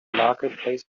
marketplace